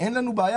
אין לנו בעיה,